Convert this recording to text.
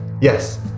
Yes